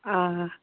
آ